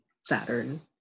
Saturn